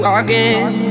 again